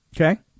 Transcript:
Okay